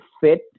fit